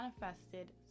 manifested